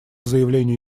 заявлению